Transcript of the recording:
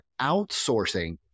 outsourcing